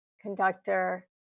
conductor